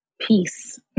peace